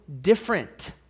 different